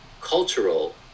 cultural